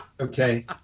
Okay